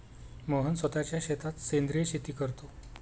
मोहन स्वतःच्या शेतात सेंद्रिय शेती करतो